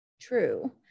true